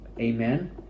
Amen